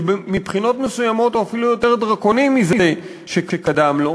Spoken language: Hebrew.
שמבחינות מסוימות הוא אפילו יותר דרקוני מזה שקדם לו.